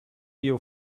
you